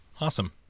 Awesome